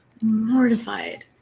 mortified